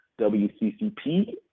WCCP